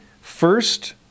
first